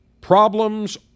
Problems